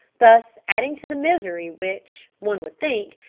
thus adding to the misery which, one would think,